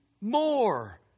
more